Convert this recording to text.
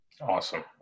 awesome